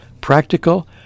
Practical